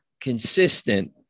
consistent